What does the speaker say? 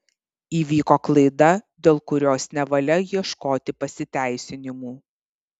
įvyko klaida dėl kurios nevalia ieškoti pasiteisinimų